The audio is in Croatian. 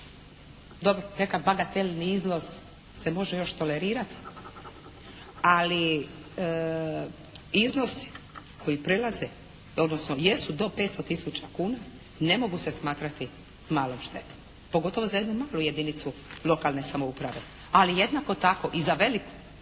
Dobro, neka bagatelni iznos se može još tolerirati, ali iznosi koji prelaze, odnosno jesu do 500 tisuća kuna ne mogu se smatrati malom štetom pogotovo za jednu malu jedinicu lokalne samouprave, ali jednako tako i za veliku.